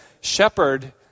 shepherd